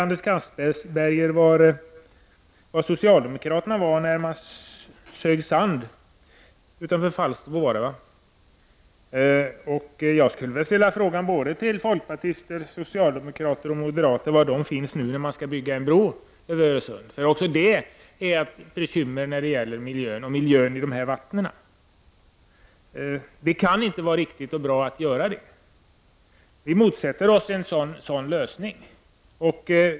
Anders Castberger frågade var socialdemokraterna var när man sög sand utanför Falsterbo — jag skulle vilja fråga både folkpartister och socialdemokrater och moderater, var de finns nu när man skall bygga en bro över Öresund; också det är ett bekymmer när det gäller miljön i de här vattnen. Det kan inte vara riktigt och bra att göra det. Vi motsätter oss en sådan lösning.